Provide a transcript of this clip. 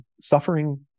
suffering